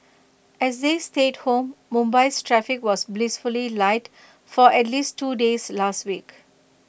as they stayed home Mumbai's traffic was blissfully light for at least two days last week